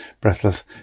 breathless